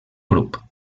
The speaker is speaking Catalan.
grup